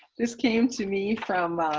this came to me from